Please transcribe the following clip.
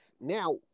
now